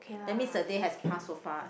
that means the day has pass so fast